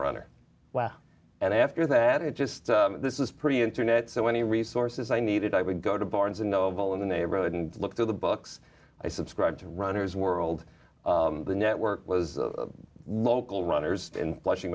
runner and after that it's just this is pretty internet so any resources i needed i would go to barnes and noble in the neighborhood and look through the books i subscribe to runner's world the network was the local runners in flushing